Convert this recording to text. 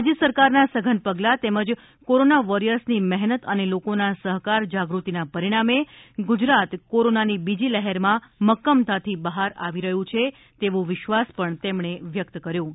રાજ્ય સરકારના સધન પગલાં તેમજ કોરોના વોરિયર્સની મહેનત અને લોકોના સહકાર જાગૃતિના પરિણામે ગુજરાત કોરોનાની બીજી લહેરમાં મક્કમતાથી બહાર આવી રહ્યું છે તેવો વિશ્વાસ પણ તેમણે વ્યક્ત કર્યો હતો